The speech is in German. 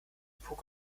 depot